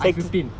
I fifteen